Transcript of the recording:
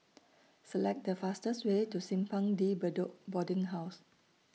Select The fastest Way to Simpang De Bedok Boarding House